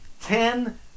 ten